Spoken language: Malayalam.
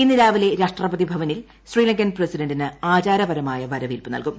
ഇന്ന് രാവിലെ രാഷ്ട്രപതി ഭവനിൽ ശ്രീലങ്കൻ പ്രസിഡന്റിന് ആചാരപരമായ വരവേൽപ്പ് നൽകും